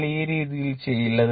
നിങ്ങൾ ഈ രീതിയിൽ ചെയ്യില്ല